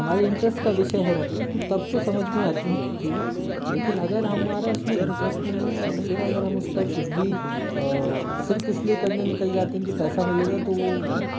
हमारे इन्टरेस्ट का विषय है मतलब तब तो समझ में आती है चीज़ें लेकिन अगर हमारा उसमे इन्टरेस्ट नहीं है और फिर अगर हम उसका कुछ भी सिर्फ इसलिए करने निकल जाते है कि पैसा मिलेगा तो वो